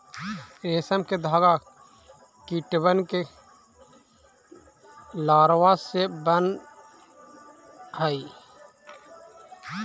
रेशम के धागा कीटबन के लारवा से बन हई